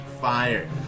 fire